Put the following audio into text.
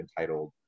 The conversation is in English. entitled